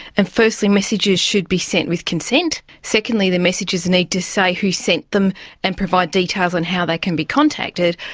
and firstly messages should be sent with consent. secondly, the messages need to say who sent them and provide details on how they can be contacted.